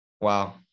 Wow